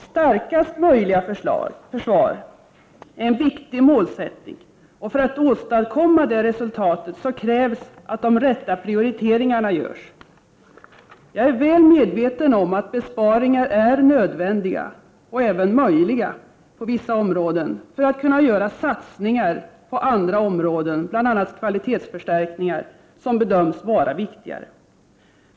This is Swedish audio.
Starkaste möjliga försvar är en viktig målsättning, och för att åstadkomma det resultatet krävs att de rätta prioriteringarna görs. Jag är väl medveten om att besparingar är nödvändiga — och även möjliga — på vissa områden, för att kunna göra satsningar på andra områden, bl.a. kvalitetsförstärkningar, som bedöms vara viktigare.